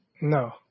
No